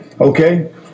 okay